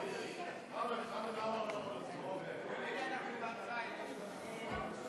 הממשלה בדבר העברת סמכויות משר האוצר לשר הכלכלה והתעשייה נתקבלה.